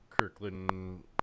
Kirkland